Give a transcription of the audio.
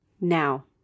Now